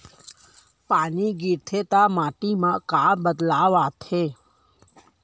पानी गिरथे ता माटी मा का बदलाव आथे?